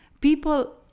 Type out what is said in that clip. People